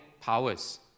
powers